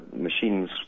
machines